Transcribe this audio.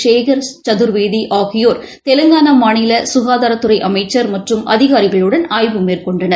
சேகா் சதுர்வேதிஆகியோா் தெலங்கானாமாநிலக்காதாரத்துறைஅமைச்சா் மற்றும் அதிகாரிகளுடன் ஆய்வு மேற்கொண்டனர்